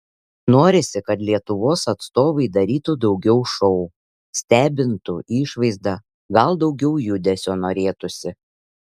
norisi kad lietuvos atstovai darytų daugiau šou stebintų išvaizda gal daugiau judesio norėtųsi